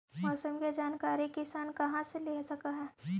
मौसम के जानकारी किसान कहा से ले सकै है?